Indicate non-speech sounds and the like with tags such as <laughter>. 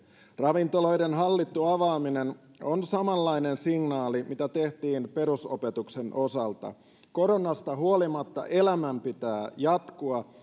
ravintoloiden hallittu avaaminen on samanlainen signaali mitä tehtiin perusopetuksen osalta koronasta huolimatta elämän pitää jatkua <unintelligible>